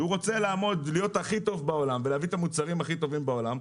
שהוא רוצה להיות הכי טוב בעולם ולהביא את המוצרים הכי טובים בעולם,